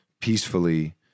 peacefully